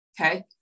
Okay